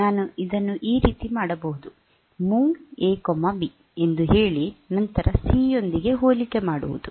ನಾನು ಇದನ್ನು ಈ ರೀತಿ ಮಾಡಬಹುದು move A B MOV A B ಎಂದು ಹೇಳಿ ನಂತರ ಸಿ ಯೊಂದಿಗೆ ಹೋಲಿಕೆ ಮಾಡುವುಧು